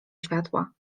światła